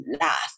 last